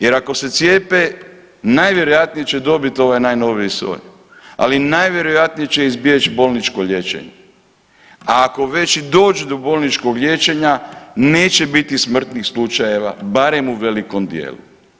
Jer ako se cijepe najvjerojatnije će dobit ovaj najnoviji soj, ali najvjerojatnije će izbjeć bolničko liječenje, a ako već i dođe do bolničkog liječenja neće biti smrtnih slučajeva barem u velikom dijelu.